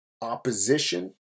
opposition